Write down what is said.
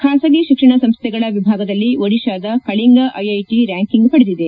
ಖಾಸಗಿ ಶಿಕ್ಷಣ ಸಂಸ್ಲೆಗಳ ವಿಭಾಗದಲ್ಲಿ ಒಡಿಶಾದ ಕಳಿಂಗ ಐಐಟಿ ರ್ಯಾಂಕಿಂಗ್ ಪಡೆದಿದೆ